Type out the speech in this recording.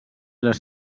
les